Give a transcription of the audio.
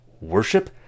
worship